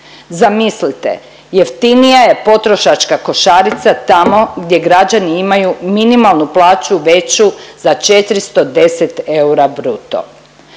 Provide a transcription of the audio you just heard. Zamislite jeftinija je potrošačka košarica tamo gdje građani imaju minimalnu plaću veću za 410 eura bruto.